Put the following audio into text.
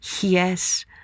Yes